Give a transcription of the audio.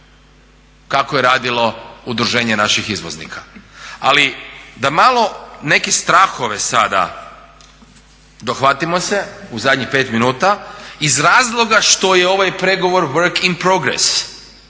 kako je radilo udruženje naših izvoznika. Ali da malo neke strahove sada dohvatimo se u zadnjih pet minuta iz razloga što je ovaj pregovor work in progress,